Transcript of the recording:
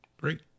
Great